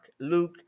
Luke